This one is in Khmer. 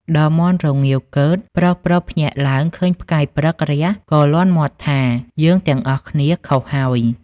ដល់មាន់រងាវកឺតប្រុសៗភ្ញាក់ឡើង ឃើញផ្កាយព្រឹករះក៏លាន់មាត់ថា «យើងទាំងអស់គ្នាខុសហើយ។